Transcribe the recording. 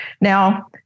Now